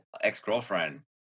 ex-girlfriend